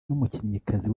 n’umukinnyikazi